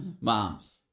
Mom's